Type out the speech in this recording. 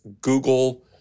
Google